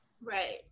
right